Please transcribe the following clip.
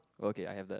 okay I have that